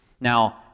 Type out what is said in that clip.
Now